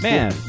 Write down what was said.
Man